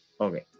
okay